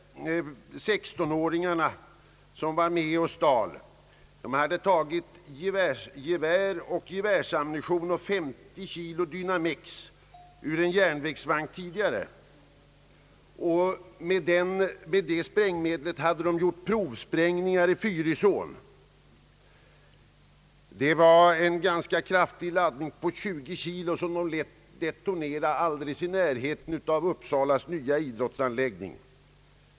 En av de 16-åringar som var med och stal hade tidigare tagit gevär och gevärsammunition samt 50 kg dynamex ur en järnvägsvagn. Med sprängämnet hade de gjort provsprängningar i Fyrisån. Det var en ganska kraftig laddning på 20 kilogram som de lät detonera alldeles i närheten av Uppsala nya idrottsanläggning.